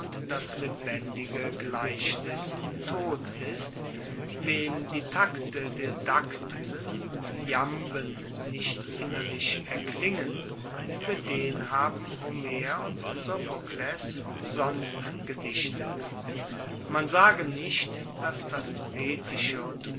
das lebendige gleichnis tot ist wem die takte der daktylen und jamben nicht innerlich erklingen fuer den haben homer und sophokles umsonst gedichtet man sage nicht dass das poetische und